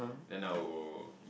then I'll